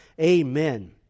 Amen